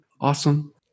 Awesome